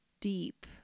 deep